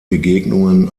begegnungen